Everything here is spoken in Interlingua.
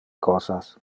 cosas